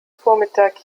vormittag